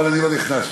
תודה רבה,